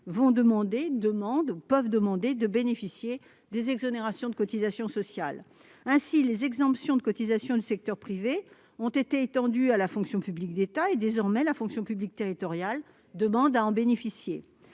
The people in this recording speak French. secteurs demandent le bénéficie des exonérations de cotisations sociales. Ainsi, les exemptions de cotisations du secteur privé ont été étendues à la fonction publique d'État et, désormais, la fonction publique territoriale demande à en bénéficier.